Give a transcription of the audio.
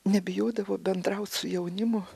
nebijodavo bendraut su jaunimu